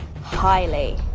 highly